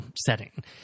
setting